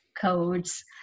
codes